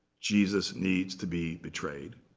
jesus needs to be betrayed,